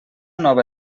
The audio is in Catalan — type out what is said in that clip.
nova